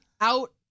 out